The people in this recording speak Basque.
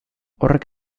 horrek